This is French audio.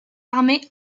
armée